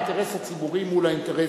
האינטרס הציבורי מול האינטרס,